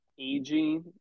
aging